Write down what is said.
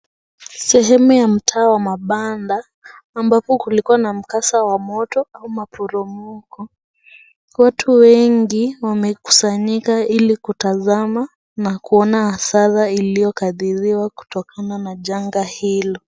Sehemu ya mtaa wa Mabanda, ambapo kulikuwa na mkasa wa moto au maporomoko. Watu wengi, wamekusanyika ili kutazama na kuona hasara iliyo kadiriwa kutokana na janga hilo.